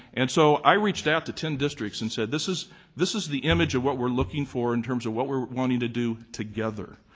and so i reached out to ten districts and said this is this is the image of what we're looking for in terms of what we wanting to do together.